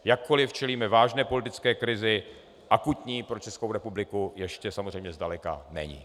Jakkoli čelíme vážné politické krizi, akutní to pro Českou republiku ještě zdaleka není.